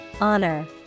honor